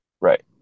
Right